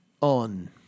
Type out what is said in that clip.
On